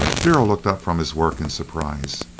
darrell looked up from his work in surprise.